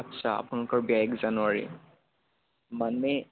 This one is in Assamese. আচ্ছা আপোনালোকৰ বিয়া এক জানুৱাৰী মানে